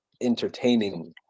entertaining